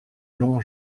long